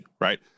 right